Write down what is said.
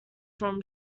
from